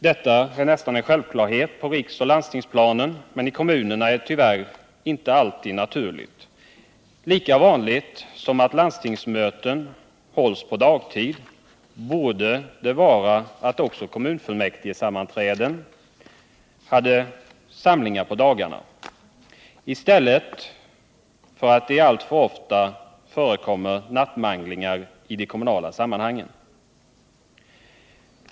Detta är nästan en självklarhet på riksoch landstingsplanen, men i kommunerna är det tyvärr inte alltid naturligt. Lika vanligt som att landstingsmöten hålls på dagtid borde det vara att också kommunfullmäktige har dagsammanträden i stället för de alltför ofta förekommande nattmanglingarna.